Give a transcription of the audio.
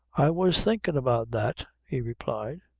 i was thinkin' about that, he replied,